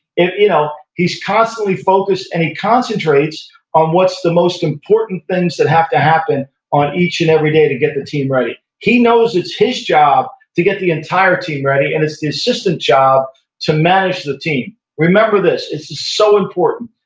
you know he's constantly focused and he concentrates on what's the most important things that have to happen on each and every day to get the team ready. he knows its his job to get the entire team ready, and it's the assistant's job to manage the team remember this. this is so important.